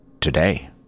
Today